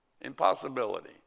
Impossibility